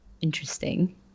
interesting